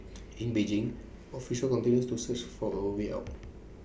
in Beijing officials continue to search for A way out